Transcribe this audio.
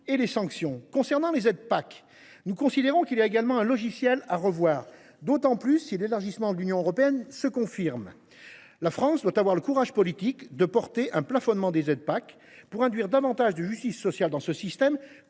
et des sanctions. Pour ce qui concerne les aides PAC, nous considérons que le logiciel est également à revoir, et ce d’autant plus si l’élargissement de l’Union européenne se confirme. La France doit avoir le courage politique de défendre un plafonnement des aides PAC pour induire davantage de justice sociale dans ce système,